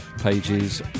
pages